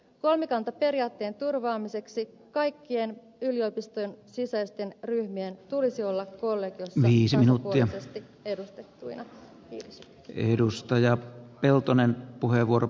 kolmikantaperiaatteen turvaamiseksi kaikkien yliopiston sisäisten ryhmien tulisi olla kollegiossa tasapuolisesti edustettuina